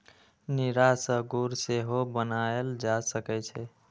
नीरा सं गुड़ सेहो बनाएल जा सकै छै